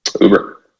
Uber